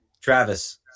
Travis